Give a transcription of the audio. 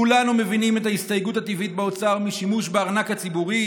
כולנו מבינים את ההסתייגות הטבעית באוצר משימוש בארנק הציבורי.